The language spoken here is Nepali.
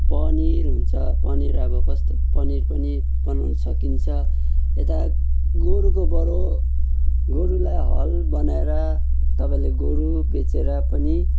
पनिर हुन्छ पनिर अब कस्तो पनिर पनि बनाउन सकिन्छ यता गोरुकोबाट गोरुलाई हल बनाएर तपाईँले गोरु बेचेर पनि